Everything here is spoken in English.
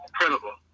incredible